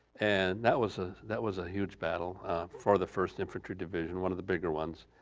and that was ah that was a huge battle for the first infantry division, one of the bigger ones.